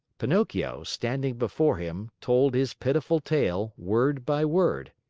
pinocchio, standing before him, told his pitiful tale, word by word.